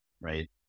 right